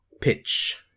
Pitch